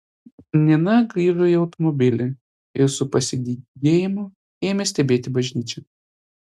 nina grįžo į automobilį ir su pasidygėjimu ėmė stebėti bažnyčią